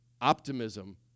Optimism